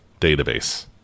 database